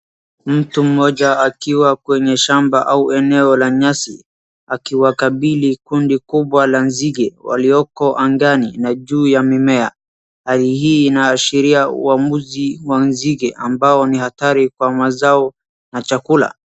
Mtu mmoja akiwa kwenye shamba au eneo la nyasi akiwakabili kundi kubwa la nzige walioko angani na juu ya mimea. Hali hii inaashiria uwamuzi wa nzige ambao ni hatari kwa mazao na chakula.